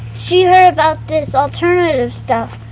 she heard about this alternative stuff.